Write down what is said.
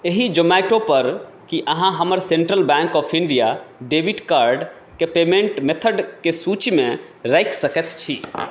एहि जोमैटोपर की अहाँ हमर सेन्ट्रल बैंक ऑफ इण्डिया डेबिटकार्डके पेमेन्ट मेथडके सूचीमे राखि सकैत छी